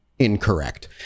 incorrect